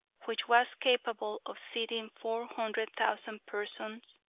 which was capable of seating four hundred thousand persons,